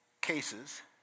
cases